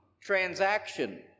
transaction